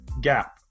Gap